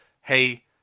hey